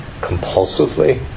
compulsively